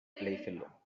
playfellow